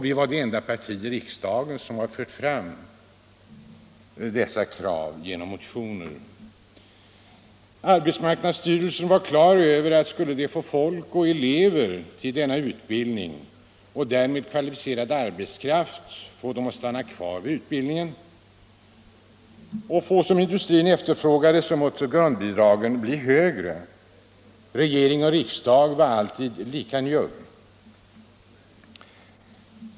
Vi är det enda parti i riksdagen som har fört fram dessa krav genom motioner. Arbetsmarknadsstyrelsen var klar över att om den skulle få elever till denna utbildning och få dem att stanna kvar vid utbildningen — och därmed få den kvalificerade arbetskraft som industrin efterfrågade — måste grundbidragen bli högre. Regering och riksdag var alltid lika njugga.